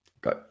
Go